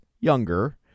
younger